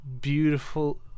beautiful